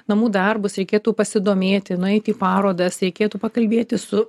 namų darbus reikėtų pasidomėti nueiti į parodas reikėtų pakalbėti su